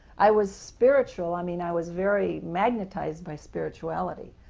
i was spiritual, i mean i was very magnetized by spirituality,